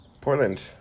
portland